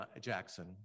Jackson